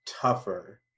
tougher